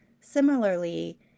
Similarly